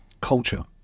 culture